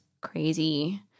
crazy